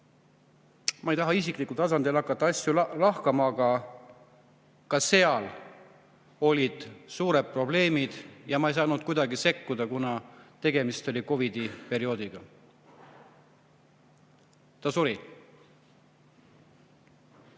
Ma ei taha isiklikul tasandil hakata asju lahkama, aga ka siis olid suured probleemid ja ma ei saanud kuidagi sekkuda, kuna tegemist oli COVID‑i perioodiga. Ta suri.